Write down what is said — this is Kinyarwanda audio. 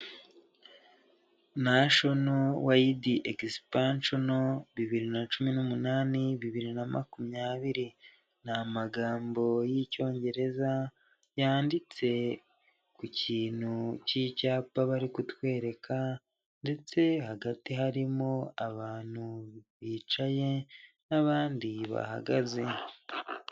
National Wide Expansion bibiri na cumi n'umunani, bibiri na makumyabiri, ni amagambo y'Icyongereza yanditse ku kintu cy'icyapa bari kutwereka, ndetse hagati harimo abantu bicaye n'abandi bahagaze.